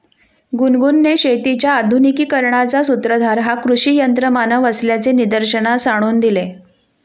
गुनगुनने शेतीच्या आधुनिकीकरणाचा सूत्रधार हा कृषी यंत्रमानव असल्याचे निदर्शनास आणून दिले